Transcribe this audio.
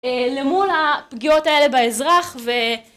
למול הפגיעות האלה באזרח ו..